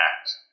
act